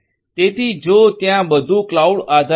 તેથી જો ત્યાં બધું ક્લાઉડ આધારિત છે